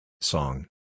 Song